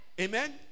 amen